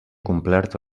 complert